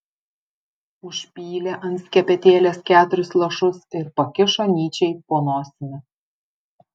užpylė ant skepetėlės keturis lašus ir pakišo nyčei po nosimi